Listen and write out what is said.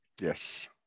Yes